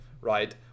right